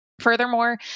Furthermore